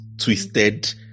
twisted